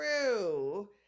true